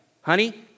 Honey